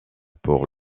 pour